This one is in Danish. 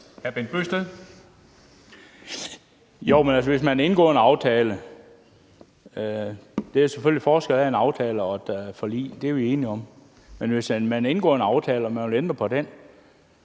Hr. Bent Bøgsted. Kl. 10:53 Bent Bøgsted (DF): Der er selvfølgelig forskel på en aftale og et forlig; det er vi enige om. Men hvis man har indgået en aftale og man vil ændre på den,